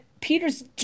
Peter's